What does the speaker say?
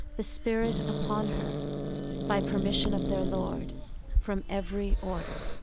the spirit upon her by permission of their lord from every order.